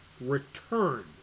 return